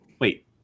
wait